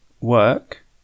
work